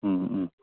ഹമ് ഹമ്